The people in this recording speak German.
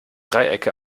dreiecke